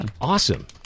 Awesome